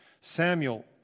Samuel